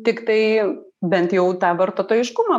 tiktai bent jau tą vartotojiškumą